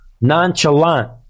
nonchalant